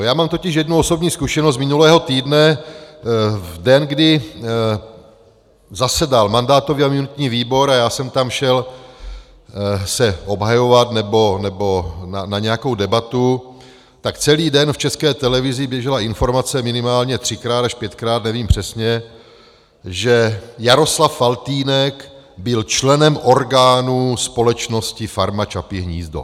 Já mám totiž jednu osobní zkušenost z minulého týdne, v den, kdy zasedal mandátový a imunitní výbor a já jsem se tam šel obhajovat nebo na nějakou debatu, tak celý den v České televizi běžela informace minimálně třikrát až pětkrát, nevím přesně, že Jaroslav Faltýnek byl členem orgánů společnosti farma Čapí hnízdo.